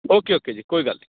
okay okay ਜੀ ਕੋਈ ਗੱਲ ਨਹੀਂ